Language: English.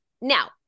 Now